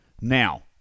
Now